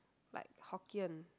like Hokkien